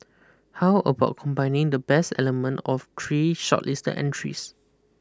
how about combining the best element of three shortlist entries